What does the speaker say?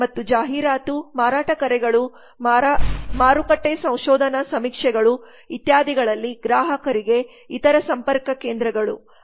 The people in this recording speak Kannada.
ಮತ್ತು ಜಾಹೀರಾತು ಮಾರಾಟ ಕರೆಗಳು ಮಾರುಕಟ್ಟೆ ಸಂಶೋಧನಾ ಸಮೀಕ್ಷೆಗಳು ಇತ್ಯಾದಿಗಳಲ್ಲಿ ಗ್ರಾಹಕರಿಗೆ ಇತರ ಸಂಪರ್ಕ ಕೇಂದ್ರಗಳು